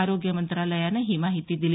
आरोग्य मंत्रालयानं ही माहिती दिली